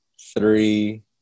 three